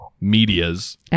medias